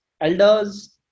elders